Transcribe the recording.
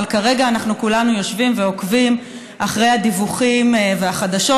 אבל כרגע אנחנו כולנו יושבים ועוקבים אחרי הדיווחים והחדשות,